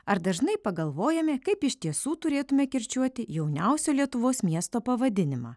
ar dažnai pagalvojame kaip iš tiesų turėtume kirčiuoti jauniausio lietuvos miesto pavadinimą